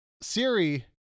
Siri